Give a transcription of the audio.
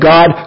God